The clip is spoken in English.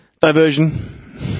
diversion